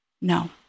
No